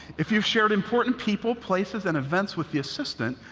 if you've shared important people, places, and events with the assistant,